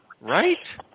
Right